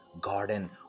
garden